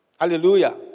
Hallelujah